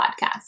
podcast